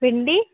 भिंडी